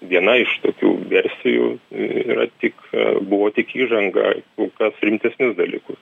viena iš tokių versijų ii yra tik buvo tik įžanga kur kas rimtesnius dalykus